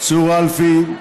צור אלפי,